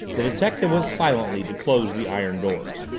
the detective went silently to close the iron doors.